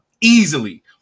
Easily